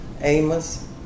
Amos